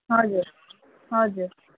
हजुर हजुर